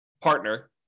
partner